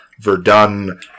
Verdun